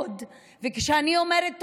וכשאני אומרת "טרור",